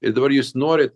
ir dabar jūs norit